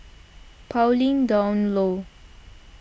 Pauline Dawn Loh